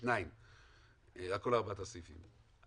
על כל ארבעת הסעיפים.